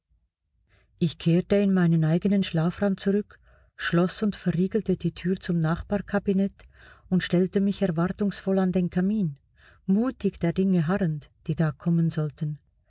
ich kehrte in meinen eigenen schlafraum zurück schloß und verriegelte die tür zum nachbarkabinett und stellte mich erwartungsvoll an den kamin mutig der dinge harrend die da kommen sollten